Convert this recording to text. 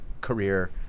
career